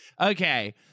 Okay